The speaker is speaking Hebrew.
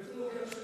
וצריך להוכיח